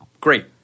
great